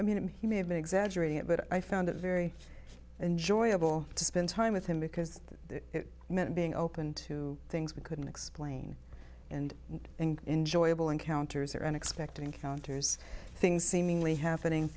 i mean it may have been exaggerating it but i found it very enjoyable to spend time with him because it meant being open to things we couldn't explain and enjoyable encounters or unexpected encounters things seemingly happening